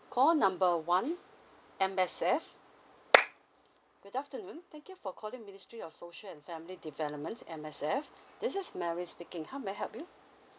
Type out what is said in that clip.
call number one M_S_F good afternoon thank you for calling ministry of social and family development M_S_F this is mary speaking how may I help you